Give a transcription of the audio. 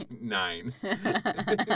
nine